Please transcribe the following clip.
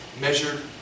measured